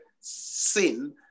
sin